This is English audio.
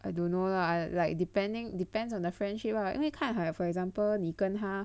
I don't know lah like depending depends on their friendship lah 因为看 like for example 你跟他